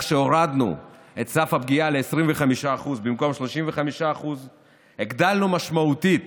שהורדנו את סף הפגיעה ל-25% במקום 35%; הגדלנו משמעותית,